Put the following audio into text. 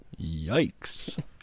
Yikes